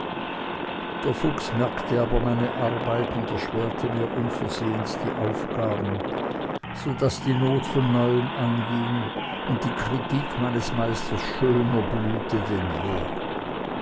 der fuchs merkte aber meine absicht und erschwerte mir unversehens die aufgaben so daß die not von neuem anging und die kritik meines meisters schöner blühte denn je